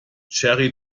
cherry